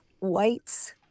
whites